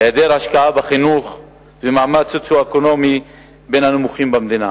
היעדר השקעה בחינוך ומעמד סוציו-אקונומי בין הנמוכים במדינה.